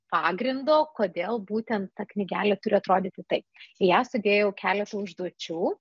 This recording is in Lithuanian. pagrindo kodėl būtent ta knygelė turi atrodyti taip į ją sudėjau keletą užduočių